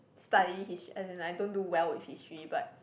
study history as in I don't do well with history but